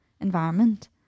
environment